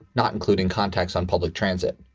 not including contacts on public transit.